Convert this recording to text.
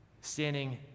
standing